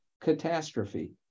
catastrophe